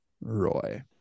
Roy